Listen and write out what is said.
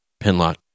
pinlock